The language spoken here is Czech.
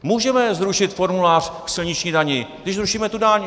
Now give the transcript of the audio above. Můžeme zrušit formulář k silniční dani když zrušíme tu daň!